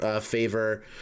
favor